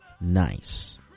nice